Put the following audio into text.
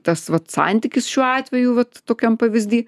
tas vat santykis šiuo atveju vat tokiam pavyzdį